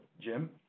Jim